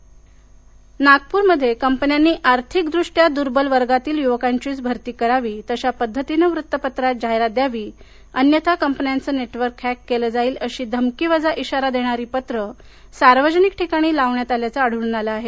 धमकी पत्रे नागप्रमध्ये कंपन्यांनी आर्थिकदृष्ट्या दूर्बल वर्गातील युवकांचीच भरती करावी तशापद्धतीने वृत्तपत्रात जाहिरात द्यावी अन्यथा कंपन्यांचे नेटवर्क हॅक केलं जाईल अशी धमकीवजा इशारा देणारी पत्रे सार्वजनिक ठिकाणी लावण्यात आल्याचे आढळून आलं आहे